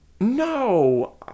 No